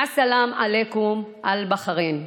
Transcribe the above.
א-סלאם עליכום על בחריין.